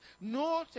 No